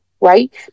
right